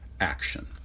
action